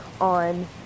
on